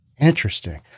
interesting